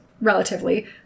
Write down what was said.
relatively